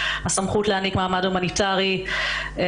כמובן הסמכות להעניק מעמד הומניטרי היא